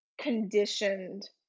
conditioned